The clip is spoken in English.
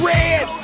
Red